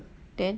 then